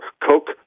Coke